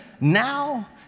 now